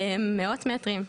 מאות מטרים.